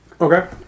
Okay